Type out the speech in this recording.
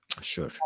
Sure